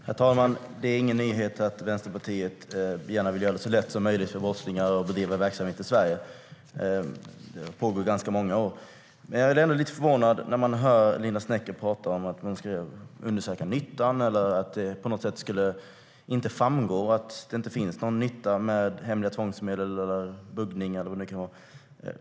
Herr talman! Det är ingen nyhet att Vänsterpartiet gärna vill göra det så lätt som möjligt för brottslingar att bedriva verksamhet i Sverige. Det har pågått i många år. Jag blev ändå lite förvånad när jag hörde Linda Snecker prata om att hon ska undersöka nyttan eller att det inte framgår att det finns någon nytta med hemliga tvångsmedel eller buggning.